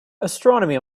astronomy